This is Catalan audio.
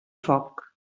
foc